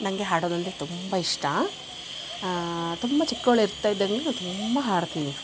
ನನಗೆ ಹಾಡೋದು ಅಂದರೆ ತುಂಬಾ ಇಷ್ಟ ತುಂಬಾ ಚಿಕ್ಕವಳಿರ್ತಾ ಇದ್ದಾಗಲಿಂದಲೂ ತುಂಬಾ ಹಾಡ್ತೀನಿ